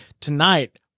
tonight